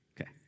Okay